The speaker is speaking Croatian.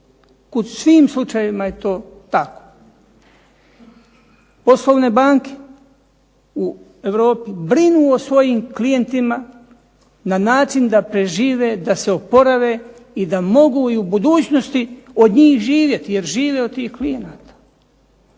U svim slučajevima je to tako. Poslovne banke u Europi brinu o svojim klijentima na način da prežive, da se oporave i da mogu i u budućnosti od njih živjeti jer žive od tih klijenata.